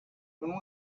when